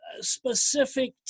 specific